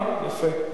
אבל